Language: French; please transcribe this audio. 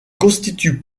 constitue